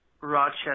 rochester